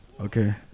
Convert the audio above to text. Okay